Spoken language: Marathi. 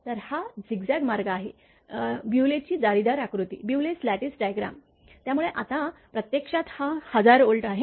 तर हा झिगझॅग मार्ग आहे ब्यूलेची जाळीदार आकृती Bewley's lattice diagram त्यामुळे आता प्रत्यक्षात हा 1000 व्होल्ट आहे